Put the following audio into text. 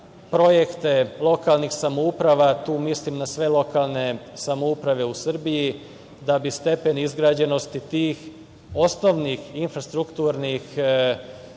projekte lokalnih samouprava, tu mislim na sve lokalne samouprave u Srbiji, da bi stepen izgrađenosti tih osnovnih infrastrukturnih stvari